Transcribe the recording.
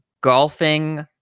golfing